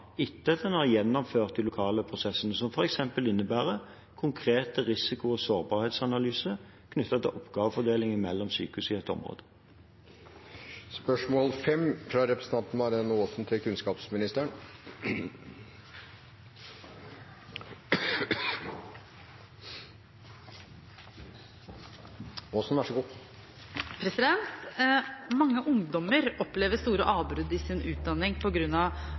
etter at en har gjennomført de lokale prosessene, som f.eks. innebærer konkret risiko- og sårbarhetsanalyse knyttet til oppgavefordelingen mellom sykehusene i et område.